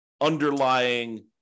underlying